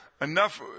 enough